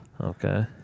Okay